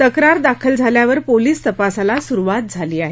तक्रार दाखल झाल्यावर पोलीस तपासाला सुरवात झाली आहे